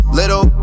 little